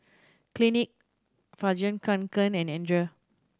Clinique Fjallraven Kanken and Andre